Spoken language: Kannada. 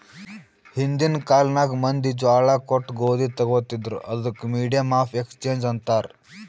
ಹಿಂದಿನ್ ಕಾಲ್ನಾಗ್ ಮಂದಿ ಜ್ವಾಳಾ ಕೊಟ್ಟು ಗೋದಿ ತೊಗೋತಿದ್ರು, ಅದಕ್ ಮೀಡಿಯಮ್ ಆಫ್ ಎಕ್ಸ್ಚೇಂಜ್ ಅಂತಾರ್